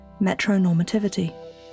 metronormativity